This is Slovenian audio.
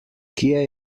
kje